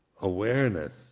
awareness